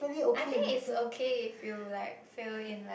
I think it's okay if you like fail in